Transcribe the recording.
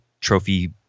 trophy